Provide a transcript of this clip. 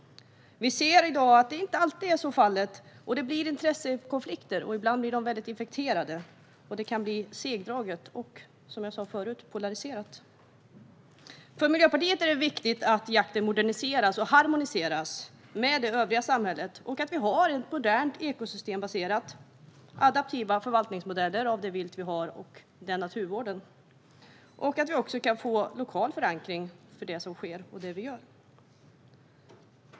Vi ser i dag att så inte alltid är fallet. Det blir intressekonflikter, och ibland blir de väldigt infekterade. Det kan bli segdraget och polariserat. För Miljöpartiet är det viktigt att jakten moderniseras och harmoniseras med det övriga samhället och att vi har moderna, ekosystembaserade och adaptiva förvaltningsmodeller när det gäller det vilt vi har och den naturvård som bedrivs, liksom att vi kan få lokal förankring för det som sker och det vi gör.